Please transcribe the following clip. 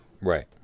Right